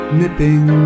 nipping